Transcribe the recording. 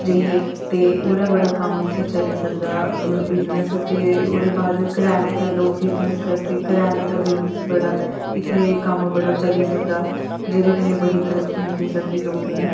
जाइयै ते ओह्दा बड़ा कम्म इत्थै चली सकदा बिजनेस ते ओह्दे बाद करेयाने दा लोक बिजनेस करदे करेयाने दा बिजनेस बड़ा इत्थै कम्म बड़ा चली सकदा जेह्दे कन्नै बड़ी तरक्की मिली सकदी लोकें गी